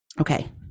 Okay